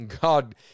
God